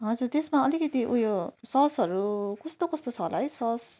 हजुर त्यही त अलिकति उयो ससहरू कस्तो कस्तो छ होला है सस